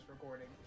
recording